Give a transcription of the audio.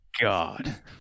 God